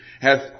hath